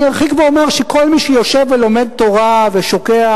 אני ארחיק ואומר שכל מי שיושב ולומד תורה ושוקע,